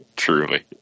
Truly